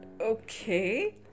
Okay